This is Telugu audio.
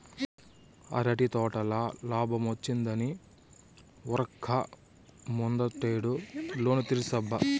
అరటి తోటల లాబ్మొచ్చిందని ఉరక్క ముందటేడు లోను తీర్సబ్బా